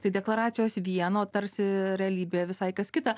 tai deklaracijos vieno tarsi realybė visai kas kita